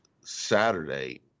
Saturday